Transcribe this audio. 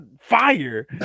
Fire